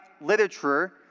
literature